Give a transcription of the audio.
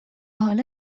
حالا